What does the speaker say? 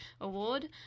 Award